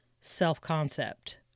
self-concept